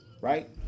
right